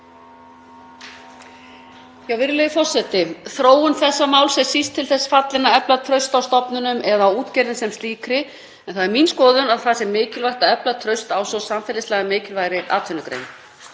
Virðulegi forseti. Þróun þessa máls er síst til þess fallin að efla traust á stofnunum eða á útgerðinni sem slíkri en það er mín skoðun að mikilvægt sé að efla traust á svo samfélagslega mikilvægri atvinnugrein.